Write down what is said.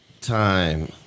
time